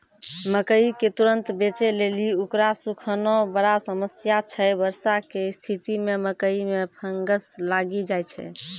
मकई के तुरन्त बेचे लेली उकरा सुखाना बड़ा समस्या छैय वर्षा के स्तिथि मे मकई मे फंगस लागि जाय छैय?